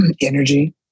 energy